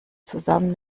zusammen